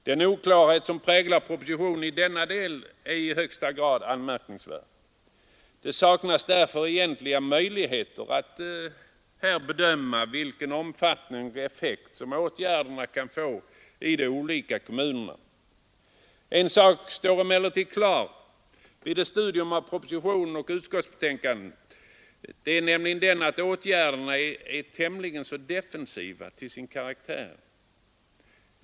Den oklarhet som präglar propositionen i denna del är i högsta grad anmärkningsvärd. Det saknas därför egentliga möjligheter att här bedöma vilken omfattning och effekt åtgärderna kan få i de olika kommunerna. En sak står emellertid klar vid ett studium av proposition och utskottsbetänkande, nämligen att åtgärderna är tämligen defensiva till sin karaktär.